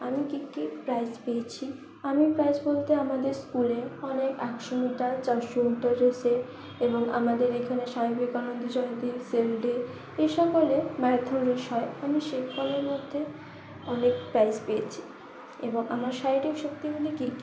আমি কি কি প্রাইজ পেয়েছি আমি প্রাইজ বলতে আমাদের স্কুলে অনেক একশো মিটার চারশো মিটার রেসে এবং আমাদের এখানে স্বামী বিবেকানন্দ জয়ন্তী ডে এ সকলে ম্যারাথন রেস হয় আমি মধ্যে অনেক প্রাইজ পেয়েছি এবং আমার শারীরিক শক্তিগুলি কি কি